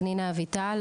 פנינה אביטל,